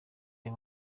aya